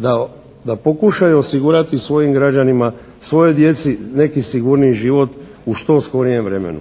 130% da pokušaju osigurati svojim građanima, svojoj djeci neki sigurniji život u što skorijem vremenu.